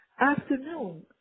afternoon